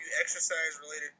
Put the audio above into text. exercise-related